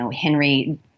Henry